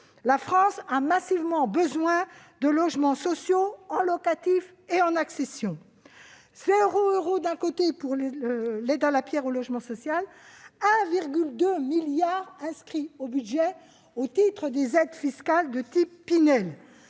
la France a massivement besoin de logements sociaux en locatif et en accession. Zéro euro pour l'aide à la pierre destinée au logement social, d'un côté ; 1,2 milliard d'euros inscrits au budget au titre des aides fiscales de type Pinel,